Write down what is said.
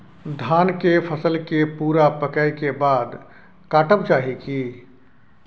धान के फसल के पूरा पकै के बाद काटब चाही की?